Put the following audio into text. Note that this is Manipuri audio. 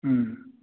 ꯎꯝ